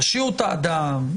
הרשיעו את האדם,